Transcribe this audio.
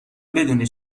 بدونی